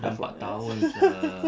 dah empat tahun sia